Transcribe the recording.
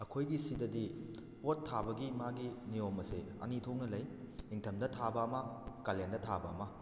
ꯑꯩꯈꯣꯏꯒꯤ ꯁꯤꯗꯗꯤ ꯄꯣꯠ ꯊꯥꯕꯒꯤ ꯃꯥꯒꯤ ꯅꯤꯌꯣꯝ ꯑꯁꯦ ꯑꯅꯤ ꯊꯣꯛꯅ ꯂꯩ ꯅꯤꯡꯊꯝꯗ ꯊꯥꯕ ꯑꯃ ꯀꯥꯂꯦꯟꯗ ꯊꯥꯕ ꯑꯃ